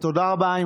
תודה רבה.